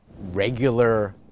regular